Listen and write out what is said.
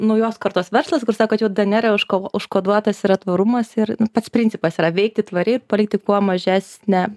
naujos kartos verslas kur sakot kad jau dnr užko užkoduotas yra tvarumas ir pats principas yra veikti tvariai ir palikti kuo mažesnę